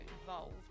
involved